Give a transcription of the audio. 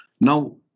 Now